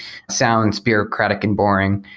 sounds bureaucratic and boring.